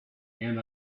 and